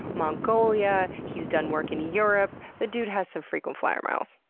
mongolia, he's done work in europe. the dude has some frequent flier miles.